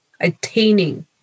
attaining